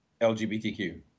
LGBTQ